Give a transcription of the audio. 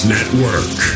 Network